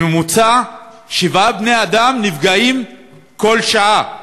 בממוצע שבעה בני-אדם נפגעים כל שעה